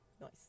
Nice